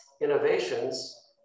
innovations